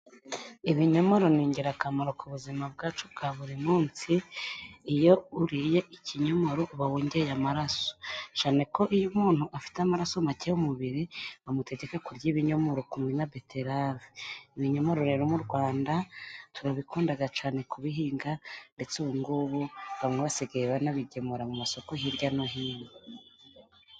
Ibinyomoro ni ingirakamaro ku buzima bwacu bwa buri munsi. Iyo uriye ikinyomoro uba wongereye amaraso, cyane ko iyo umuntu afite amaraso make mu mubiri bamutegeka kurya ibinyomoro kumwe na beterave. Ibinyomoro rero mu Rwanda turabikunda cyane kubihinga ndetse ubu ngubu, bamwe basigaye banabigemura mu masoko hirya no hino.